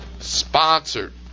Sponsored